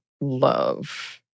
love